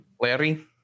Larry